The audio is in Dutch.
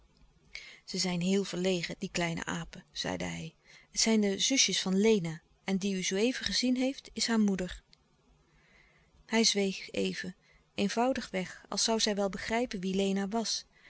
die kleine apen zeide hij het zijn de zusjes van lena en louis couperus de stille kracht die u zooeven gezien heeft is haar moeder hij zweeg even eenvoudig weg als zoû zij wel begrijpen wie lena was